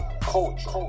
culture